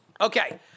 Okay